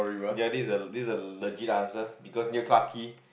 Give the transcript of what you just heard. ya this is the this is the legit answer because near Clarke-Quay